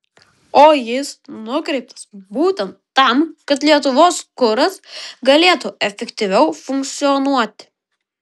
o jis nukreiptas būtent tam kad lietuvos kuras galėtų efektyviau funkcionuoti